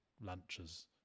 lunches